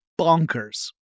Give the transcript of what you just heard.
bonkers